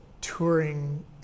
touring